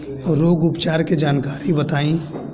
रोग उपचार के जानकारी बताई?